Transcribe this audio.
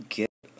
get